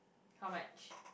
how much